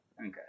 Okay